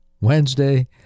Wednesday